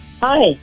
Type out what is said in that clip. Hi